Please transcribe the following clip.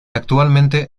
actualmente